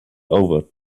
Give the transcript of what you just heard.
over